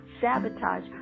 sabotage